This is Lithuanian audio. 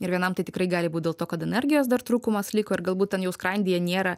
ir vienam tai tikrai gali būt dėl to kad energijos dar trūkumas liko ir galbūt ten jau skrandyje nėra